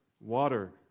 water